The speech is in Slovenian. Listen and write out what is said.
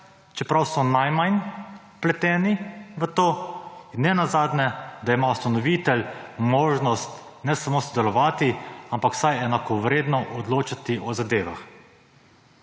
čeprav so najmanj vpleteni v to in nenazadnje, da ima ustanovitelj možnost ne samo sodelovati, ampak vsaj enakovredno odločati o zadevah.